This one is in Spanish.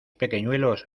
pequeñuelos